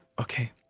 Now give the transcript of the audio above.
Okay